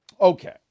Okay